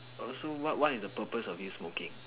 also what what is the purpose of you smoking